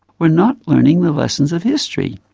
we're not learning the lessons of history.